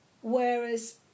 Whereas